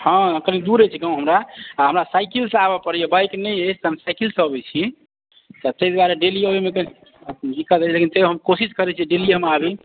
हँ कनि दूर अछि गाँव हमरा आ हमरा साइकिलसँ आबऽ पड़ैया तऽ बाइक नहि अछि तऽ हम साइकिलसँ अबैत छी ताहि दुआरे डेली अबैमे कनि की कहबै कोशिश करैत छी डेली हम आबी